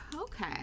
Okay